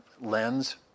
lens